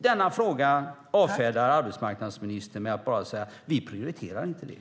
Denna fråga avfärdar arbetsmarknadsministern med att bara säga: Vi prioriterar inte det.